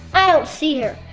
i don't see her.